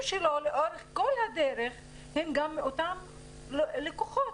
שלו לאורך כל הדרך הם גם מאותם לקוחות,